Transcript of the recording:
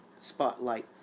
spotlight